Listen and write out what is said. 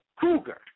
Cougar